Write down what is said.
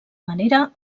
manera